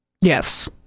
Yes